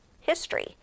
history